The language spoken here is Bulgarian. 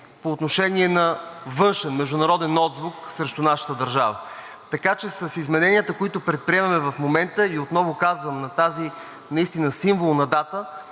по отношение на външен, международен отзвук срещу нашата държава. Така че с измененията, които предприемаме в момента на тази наистина символна дата,